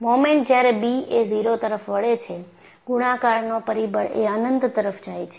moment જ્યારે b એ 0 તરફ વળે છે ગુણાકારનો પરિબળ એ અનંત તરફ જાય છે